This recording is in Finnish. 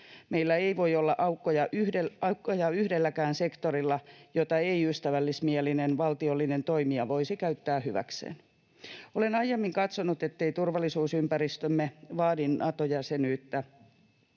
Meillä ei voi olla aukkoja yhdelläkään sektorilla, jota ei-ystävällismielinen valtiollinen toimija voisi käyttää hyväkseen. Olen aiemmin katsonut, ettei turvallisuusympäristömme vaadi Nato-jäsenyyttä.